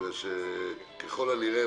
כי ככל הנראה,